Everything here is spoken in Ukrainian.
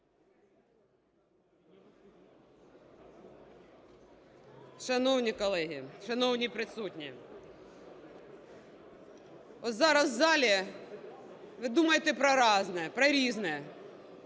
Шановні колеги, шановні присутні, зараз в залі ви думаєте про різне. Хтось